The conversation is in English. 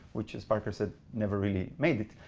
which as parker said never really made it.